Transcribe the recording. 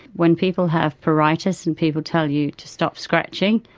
when people have pruritus and people tell you to stop scratching,